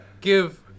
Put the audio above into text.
give